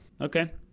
Okay